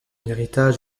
héritage